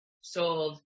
sold